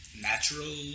natural –